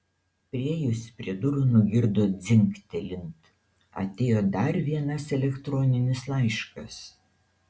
priėjusi prie durų nugirdo dzingtelint atėjo dar vienas elektroninis laiškas